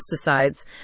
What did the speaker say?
pesticides